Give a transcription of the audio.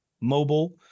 mobile